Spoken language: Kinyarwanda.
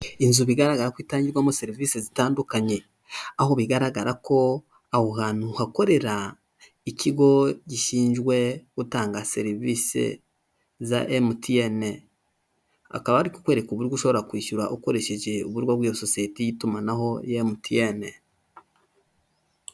Inzu bigaragara ko itangirwamo serivisi zitandukanye aho bigaragara ko aho hantu hakorera ikigo gishinzwe utanga serivisi za MTN, akaba ari ukukwereka uburyo ushobora kwishyura ukoresheje uburyo bw'iyo sosiyete y'itumanaho ya MTN.